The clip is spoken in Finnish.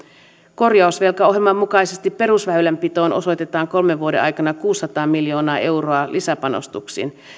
korjausvelkaohjelman mukaisesti perusväylänpitoon osoitetaan kolmen vuoden aikana kuusisataa miljoonaa euroa lisäpanostuksiin